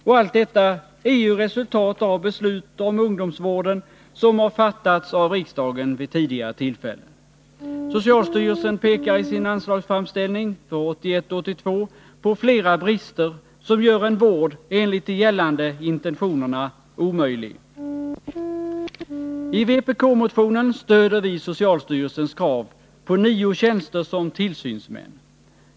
Och allt detta är ju resultat av beslut om ungdomsvården som har fattats av riksdagen vid tidigare tillfällen. Socialstyrelsen pekar i sin anslagsframställning för 1981/82 på flera brister som gör en vård enligt de gällande intentionerna omöjlig. I vpk-motionen stöder vi socialstyrelsens krav på nio tjänster som tillsynsmän.